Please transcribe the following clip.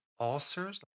ulcers